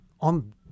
on